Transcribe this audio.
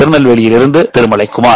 திருநெல்வேலியிலிருந்து Thirumalaikumar